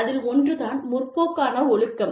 அதில் ஒன்று தான் முற்போக்கான ஒழுக்கம்